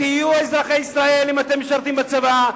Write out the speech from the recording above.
תהיו אזרחי ישראל אם אתם משרתים בצבא,